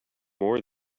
more